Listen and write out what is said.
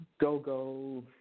go-go